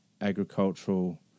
agricultural